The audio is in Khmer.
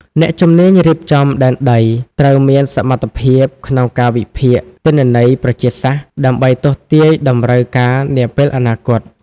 អ្នកជំនាញរៀបចំដែនដីត្រូវមានសមត្ថភាពក្នុងការវិភាគទិន្នន័យប្រជាសាស្ត្រ ដើម្បីទស្សន៍ទាយតម្រូវការនាពេលអនាគត។